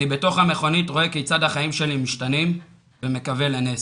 אני בתוך המכונית רואה כיצד החיים שלי משתנים ומקווה לנס.